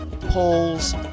polls